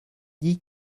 dit